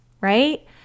right